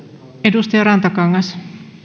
arvoisa puhemies